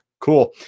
Cool